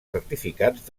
certificats